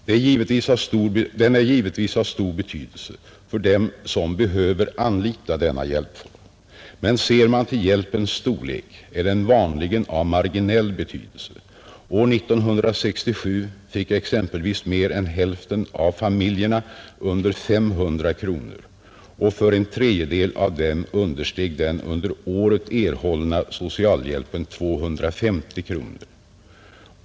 Den är givetvis av stor betydelse för dem som behöver anlita denna hjälpform. Men ser man till hjälpens storlek är den vanligen av marginell betydelse. År 1967 fick exempelvis mer än hälften av familjerna under 500 kronor och för en tredjedel av dem understeg den under året erhållna socialhjälpen 250 kronor.